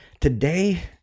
today